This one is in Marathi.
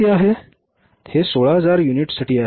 हे 16000 युनिट्ससाठी आहे